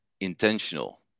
intentional